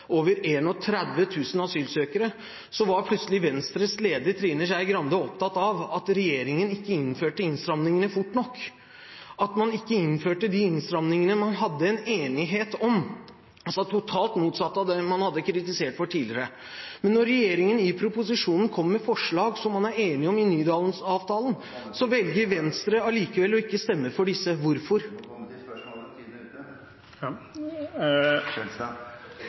over 31 000 asylsøkere – var plutselig Venstres leder Trine Skei Grande opptatt av at regjeringen ikke innførte innstrammingene fort nok – at man ikke innførte de innstrammingene man hadde en enighet om. Det var totalt motsatt av det man hadde kritisert for tidligere. Men når regjeringen i proposisjonen kommer med forslag som man er enige om i Nydalen-avtalen, velger Venstre allikevel å ikke stemme for disse. Hvorfor?